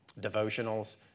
devotionals